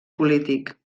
polític